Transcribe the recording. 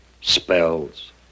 spells